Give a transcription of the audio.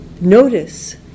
notice